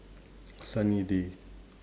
sunny day